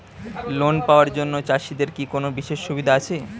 Loan পাওয়ার জন্য চাষিদের কি কোনো বিশেষ সুবিধা আছে?